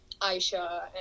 Aisha